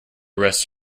rest